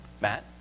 Matt